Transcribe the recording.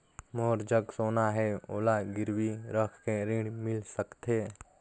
मोर जग सोना है ओला गिरवी रख के ऋण मिल सकथे?